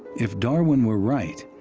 if darwin were right,